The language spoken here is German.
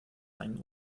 einen